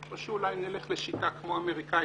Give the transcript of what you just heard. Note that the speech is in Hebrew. או שאולי נלך לשיטה כמו האמריקנית,